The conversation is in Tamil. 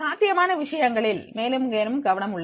சாத்தியமான விஷயங்களில் மேலும் மேலும் கவனம் உள்ளது